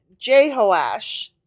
Jehoash